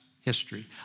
history